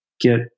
get